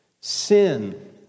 Sin